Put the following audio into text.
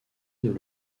dans